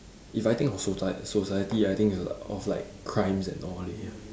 if I think of socie~ society I think is like of like crimes and all that ya